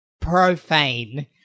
profane